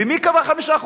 ומי קבע 5%?